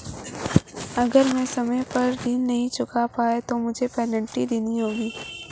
अगर मैं समय पर ऋण नहीं चुका पाया तो क्या मुझे पेनल्टी देनी होगी?